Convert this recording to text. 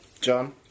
John